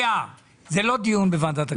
זה לא הדיון בוועדת הכספים.